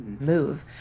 move